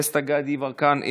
דסטה גדי יברקן,